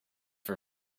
for